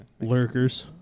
Lurkers